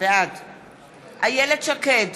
בעד איילת שקד,